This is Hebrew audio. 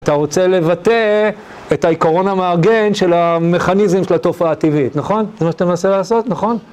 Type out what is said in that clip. אתה רוצה לבטא את העיקרון המארגן של המכניזם של התופעה הטבעית, נכון? זה מה שאתה מנסה לעשות, נכון?